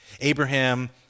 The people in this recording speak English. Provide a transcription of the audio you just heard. Abraham